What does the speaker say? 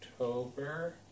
October